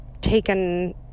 taken